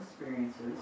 experiences